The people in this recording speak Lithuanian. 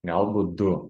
galbūt du